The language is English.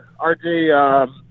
RJ